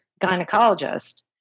gynecologist